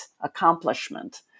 accomplishment